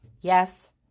Yes